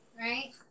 right